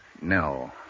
No